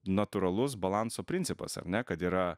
natūralus balanso principas ar ne kad yra